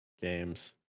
games